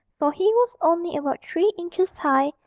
for he was only about three inches high,